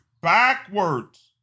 backwards